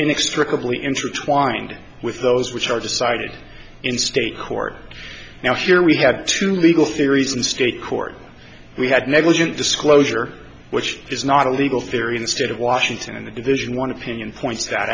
inextricably intertwined with those which are decided in state court now here we had two legal theories in state court we had negligent disclosure which is not a legal theory in state of washington and the division one opinion points that